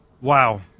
wow